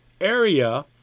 area